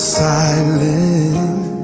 silent